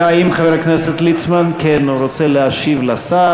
האם חבר הכנסת ליצמן רוצה להשיב לשר?